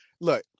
look